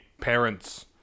parents